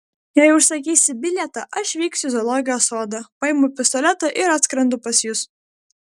jei užsakysi bilietą aš vykstu į zoologijos sodą paimu pistoletą ir atskrendu pas jus